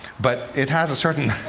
but it has a certain